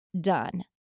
done